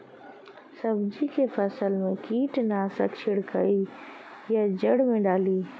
सब्जी के फसल मे कीटनाशक छिड़काई या जड़ मे डाली?